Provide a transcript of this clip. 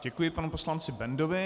Děkuji panu poslanci Bendovi.